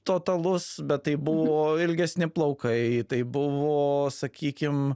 totalus bet tai buvo ilgesni plaukai tai buvo sakykim